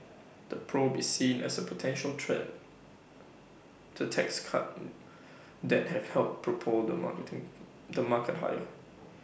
the probe is seen as A potential threat to tax cut that have helped propel the marketing the market higher